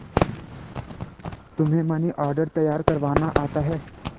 तुम्हें money order तैयार करवाना आता है?